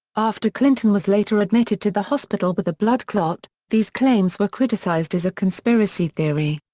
after clinton was later admitted to the hospital with a blood clot, these claims were criticized as a conspiracy theory.